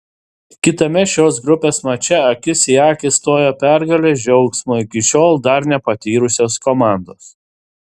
kitame šios grupės mače akis į akį stojo pergalės džiaugsmo iki šiol dar nepatyrusios komandos